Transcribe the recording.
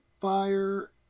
fire